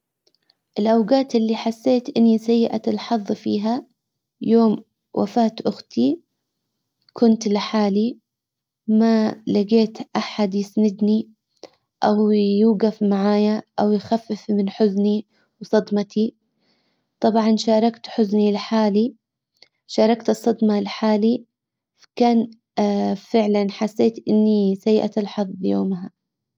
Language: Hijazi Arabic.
الاوجات اللي حسيت اني سيئة الحظ فيها يوم وفاة اختي كنت لحالي ما لجيت احد يسندني او يوقف معايا او يخفف من حزني وصدمتي طبعا شاركت حزني شاركت الصدمة لحالي كان فعلا حسيت اني سيئة الحظ بيومها.